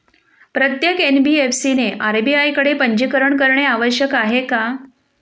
प्रत्येक एन.बी.एफ.सी ने आर.बी.आय कडे पंजीकरण करणे आवश्यक आहे का?